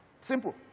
simple